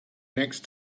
next